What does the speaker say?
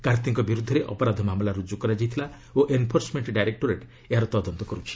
କାର୍ତ୍ତିଙ୍କ ବିରୁଦ୍ଧରେ ଅପରାଧ ମାମଲା ରୁଜୁ କରାଯାଇଥିଲା ଓ ଏନ୍ଫୋର୍ସମେଣ୍ଟ୍ ଡାଇରେକ୍ଟୋରେଟ୍ ଏହାର ତଦନ୍ତ କର୍ଚ୍ଛି